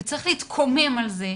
צריך להתקומם על זה,